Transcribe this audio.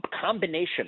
Combination